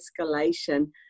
escalation